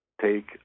take